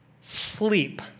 sleep